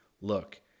look